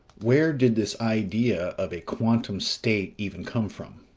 where did this idea of a quantum state even come from?